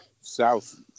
south